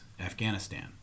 Afghanistan